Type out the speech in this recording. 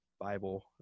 Bible